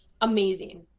amazing